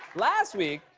last week,